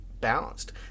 balanced